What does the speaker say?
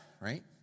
right